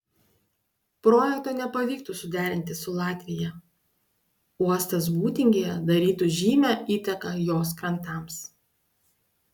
projekto nepavyktų suderinti su latvija uostas būtingėje darytų žymią įtaką jos krantams